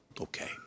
Okay